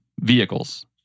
vehicles